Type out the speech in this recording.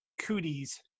Cooties